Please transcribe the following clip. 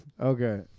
Okay